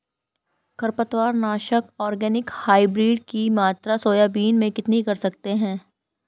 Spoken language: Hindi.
खरपतवार नाशक ऑर्गेनिक हाइब्रिड की मात्रा सोयाबीन में कितनी कर सकते हैं?